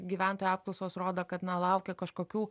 gyventojų apklausos rodo kad na laukia kažkokių